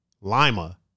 Lima